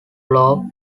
lobe